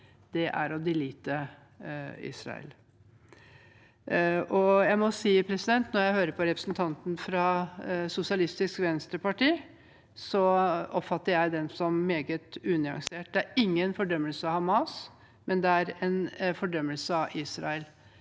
som er å «delete» Israel. Jeg må si at når jeg hører representanten fra Sosialistisk Venstreparti, oppfatter jeg dem som meget unyanserte. Det er ingen fordømmelse av Hamas, men det er en fordømmelse av Israel.